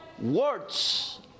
words